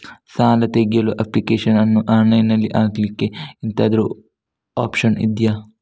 ಸಾಲ ತೆಗಿಯಲು ಅಪ್ಲಿಕೇಶನ್ ಅನ್ನು ಆನ್ಲೈನ್ ಅಲ್ಲಿ ಹಾಕ್ಲಿಕ್ಕೆ ಎಂತಾದ್ರೂ ಒಪ್ಶನ್ ಇದ್ಯಾ?